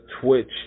Twitch